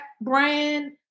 brand